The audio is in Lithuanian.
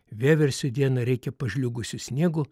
vieversio dieną reikia pažliugusiu sniegu